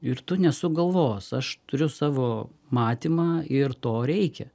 ir tu nesuk galvos aš turiu savo matymą ir to reikia